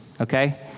okay